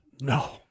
No